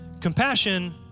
compassion